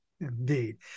Indeed